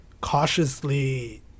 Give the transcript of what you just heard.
cautiously